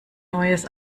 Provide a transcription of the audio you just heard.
neues